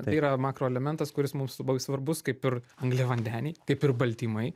tai yra makroelementas kuris mums labai svarbus kaip ir angliavandeniai kaip ir baltymai